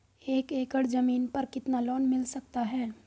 एक एकड़ जमीन पर कितना लोन मिल सकता है?